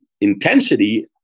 intensity